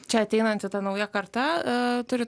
čia ateinanti ta nauja karta turi